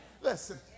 listen